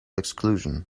exclusion